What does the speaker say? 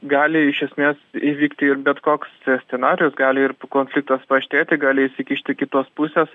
gali iš esmės įvykti ir bet koks scenarijus gali ir pu konfliktai paaštrėti gali įsikišti kitos pusės